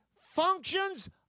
functions